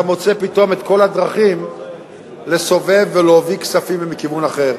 אתה מוצא פתאום את כל הדרכים לסובב ולהביא כספים מכיוון אחר.